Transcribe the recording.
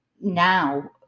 now